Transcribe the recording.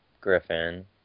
Griffin